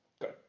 Good